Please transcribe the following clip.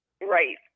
Right